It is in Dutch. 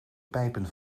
pijpen